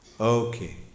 Okay